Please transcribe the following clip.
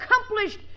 accomplished